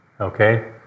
Okay